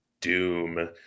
doom